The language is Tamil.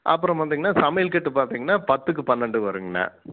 அப்புறம் வந்துங்க அண்ணா சமையல் கட்டு பார்த்திங்கனா பத்துக்கு பன்னெண்டு வருங்காண்ணா